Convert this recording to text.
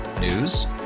News